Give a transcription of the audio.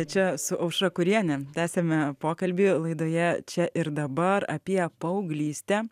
čia su aušra kuriene tęsiame pokalbį laidoje čia ir dabar apie paauglystę